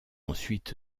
ensuite